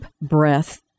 breath